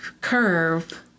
curve